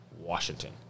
Washington